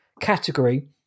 category